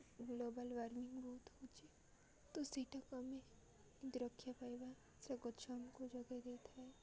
global warming ବହୁତ ହେଉଛି ତ ସେଇଟାକୁ ଆମେ କେମିତି ରକ୍ଷା ପାଇବା ସେ ଗଛ ଆମକୁ ଯୋଗେଇ ଦେଇଥାଏ